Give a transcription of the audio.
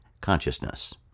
consciousness